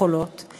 "חולות";